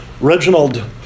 Reginald